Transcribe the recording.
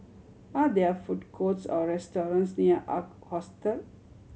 are there food courts or restaurants near Ark Hostel